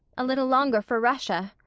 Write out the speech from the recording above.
a little longer for russia.